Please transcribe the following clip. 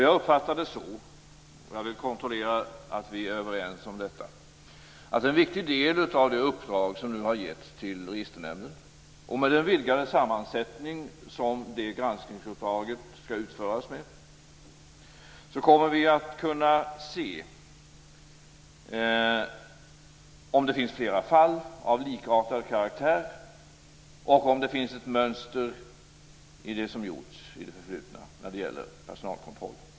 Jag uppfattar det så, när jag vill kontrollera att vi är överens om detta, att en viktig följd av det uppdrag som nu har givits till Registernämnden, med den vidgade sammansättning som den får vid utförandet av granskningsuppdraget, är att vi kommer att kunna se om det finns flera fall av likartad karaktär och om det finns ett mönster i det som gjorts i det förflutna när det gäller personalkontroll.